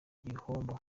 gihombo